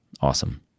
Awesome